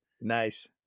Nice